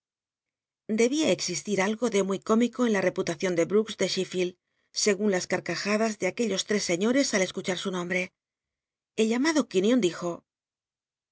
debia existir algo de muy cómico en la rcputacion de brooks de chillil segun las carcajadas de aquel los tres seiíores al escucha r su nombre el llamado quinion dijo